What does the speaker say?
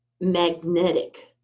magnetic